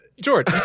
George